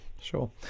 Sure